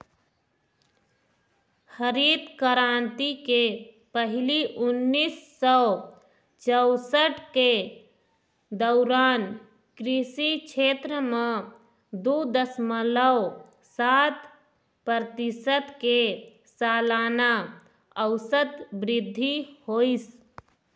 हरित करांति के पहिली उन्नीस सौ चउसठ के दउरान कृषि छेत्र म दू दसमलव सात परतिसत के सलाना अउसत बृद्धि होइस